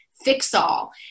fix-all